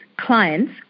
Clients